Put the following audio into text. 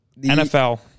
NFL